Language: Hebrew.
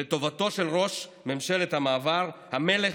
לטובתו של ראש ממשלת המעבר, המלך,